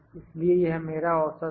इसलिए यह मेरा औसत है